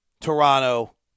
Toronto